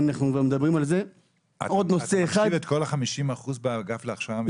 אתה מחשיב את כל ה-50% באגף להכשרה מקצועית?